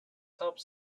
helps